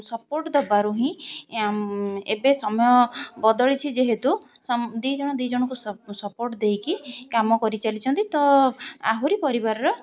support ଦେବାରୁ ହିଁ ଏବେ ସମୟ ବଦଳିଛି ଯେହେତୁ ଦୁଇ ଜଣ ଦୁଇ ଜଣଙ୍କୁ ସପୋର୍ଟ ଦେଇକି କାମ କରିଚାଲିଛନ୍ତି ତ ଆହୁରି ପରିବାରର